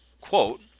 quote